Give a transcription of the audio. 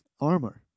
armor